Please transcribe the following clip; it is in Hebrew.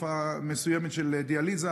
תקופה מסוימת של דיאליזה,